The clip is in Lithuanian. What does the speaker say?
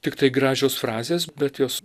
tiktai gražios frazės bet jos